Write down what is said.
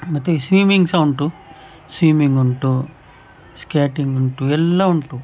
ಮತ್ತೆ ಸ್ವೀಮಿಂಗ್ ಸಹ ಉಂಟು ಸ್ವೀಮಿಂಗ್ ಉಂಟು ಸ್ಕೇಟಿಂಗ್ ಉಂಟು ಎಲ್ಲ ಉಂಟು